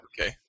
Okay